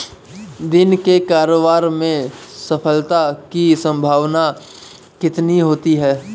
दिन के कारोबार में सफलता की संभावना कितनी होती है?